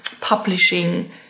publishing